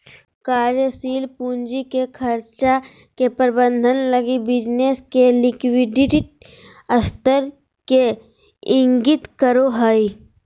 कार्यशील पूंजी के खर्चा के प्रबंधन लगी बिज़नेस के लिक्विडिटी स्तर के इंगित करो हइ